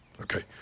Okay